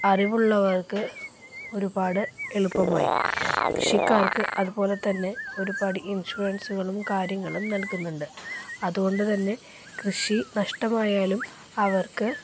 അറിവുള്ളവർക്ക് ഒരുപാട് എളുപ്പമായി കൃഷിക്കാർക്ക് അതുപോലെ തന്നെ ഒരുപാട് ഇൻഷുറൻസുകളും കാര്യങ്ങളും നൽകുന്നുണ്ട് അതുകൊണ്ട് തന്നെ കൃഷി നഷ്ടമായാലും അവർക്ക്